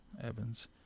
Evans